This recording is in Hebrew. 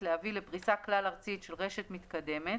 להביא לפריסה כלל ארצית של רשת מתקדמת,